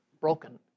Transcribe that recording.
Broken